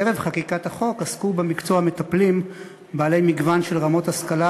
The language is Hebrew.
ערב חקיקת החוק עסקו במקצוע מטפלים בעלי מגוון של רמות השכלה